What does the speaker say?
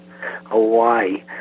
Hawaii